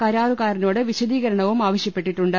കരാറു കാരനോട് വിശദീകരണവും ആവശ്യപ്പെട്ടിട്ടുണ്ട്